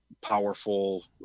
Powerful